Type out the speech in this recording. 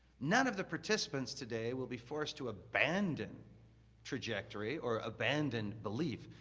none of the participants today will be forced to abandon trajectory, or abandon belief.